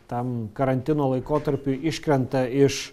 tam karantino laikotarpiui iškrenta iš